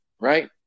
Right